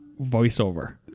voiceover